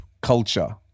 culture